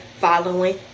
following